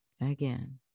again